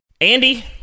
Andy